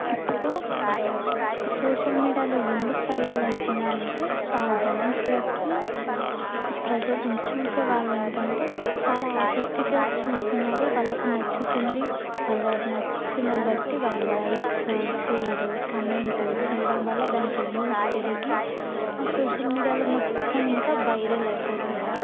ఇప్పుడు సోషల్ మీడియాలో ఎందుకు వైరల్ అయితున్నాయంటే ఆ డ్యాన్స్లకి ప్రజలు చూసే వాళ్ళ ఏంటంటే చాలా ఆసక్తిగా చూస్తున్నారు వాళ్ళకు నచ్చుతుంది వాళ్ళ నచ్చిన బట్టి వాళ్ళు లైక్స్ షేర్ కామెంట్ చేయడం వల్ల దానికి వ్యూస్ పెరిగి ఆ సోషల్ మీడియాలో మొత్తం ఇంకా వైరల్ అయిపోతున్నాయి